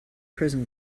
prison